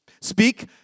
speak